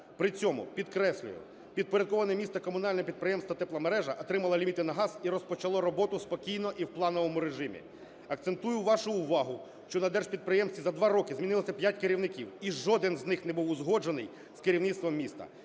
При цьому, підкреслюю, підпорядковане місту комунальне підприємство "Тепломережа" отримало ліміти на газ і розпочало роботу спокійно і в плановому режимі. Акцентую вашу увагу, що на держпідприємстві за два роки змінилося п'ять керівників і жоден з них не був узгоджений з керівництвом міста.